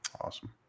Awesome